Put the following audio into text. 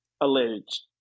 Alleged